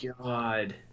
god